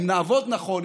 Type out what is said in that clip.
אם נעבוד נכון,